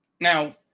Now